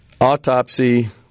autopsy